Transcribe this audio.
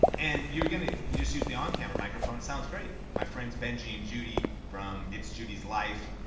and you're gonna just use the on-camera microphone, it sounds great. my friend's benji and judy from itsjudyslife,